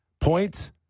points